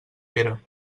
pere